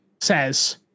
says